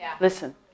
Listen